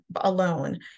alone